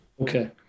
Okay